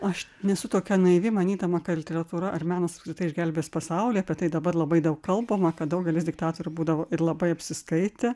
aš nesu tokia naivi manydama kad literatūra ar menas išgelbės pasaulį apie tai dabar labai daug kalbama kad daugelis diktatorių būdavo ir labai apsiskaitę